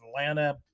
Atlanta